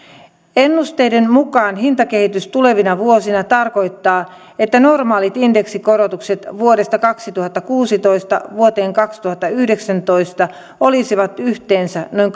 ennusteiden mukainen hintakehitys tulevina vuosina tarkoittaa että normaalit indeksikorotukset vuodesta kaksituhattakuusitoista vuoteen kaksituhattayhdeksäntoista olisivat yhteensä noin